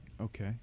Okay